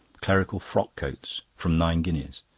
clerical frock coats. from nine guineas.